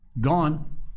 gone